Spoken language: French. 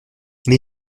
les